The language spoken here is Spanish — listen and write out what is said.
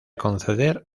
conceder